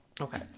Okay